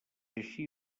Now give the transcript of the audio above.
així